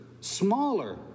smaller